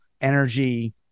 energy